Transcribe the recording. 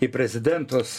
į prezidentus